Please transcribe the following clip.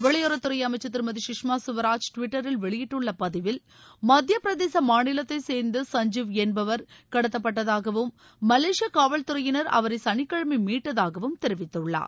வெளியுறவுத்துறை அமைச்சர் திருமதி சுஷ்மா சுவராஜ் டுவிட்டரில் வெளியிட்டுள்ள பதிவில் மத்தியபிரதேச மாநிலத்தைச் சேர்ந்த சஞ்சீவ் என்பவர் கடத்தப்பட்டதாகவும் மலேசிய காவல்துறையினர் அவரை சனிக்கிழமை மீட்டதாகவும் தெரிவித்துள்ளார்